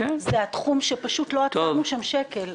זה תחום שלא עצרנו שקל,